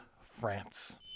France